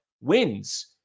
wins